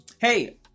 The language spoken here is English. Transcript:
Hey